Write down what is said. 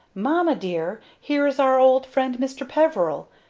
mamma, dear, here is our old friend, mr. peveril.